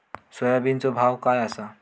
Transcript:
सोयाबीनचो भाव काय आसा?